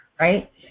right